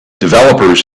developers